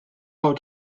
how